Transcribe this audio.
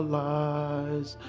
lies